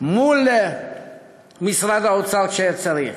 מול משרד האוצר, כשהיה צריך.